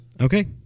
Okay